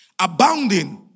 Abounding